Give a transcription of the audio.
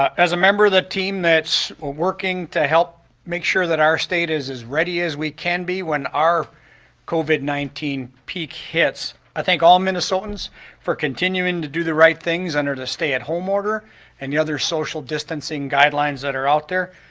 as a member of the team what's working to help make sure that our state is as ready as we can be when our covid nineteen peak hits, i think all minnesotans for continuing to do the right things under the stay-at-home order and the other social distancing guidelines that are out there.